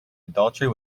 adultery